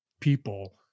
people